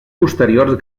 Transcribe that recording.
posteriors